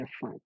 different